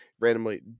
randomly